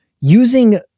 using